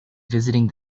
visiting